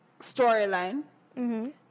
storyline